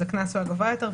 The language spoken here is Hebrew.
הקנס הוא הגבוה יותר,